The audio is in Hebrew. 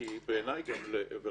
קרה לי כבר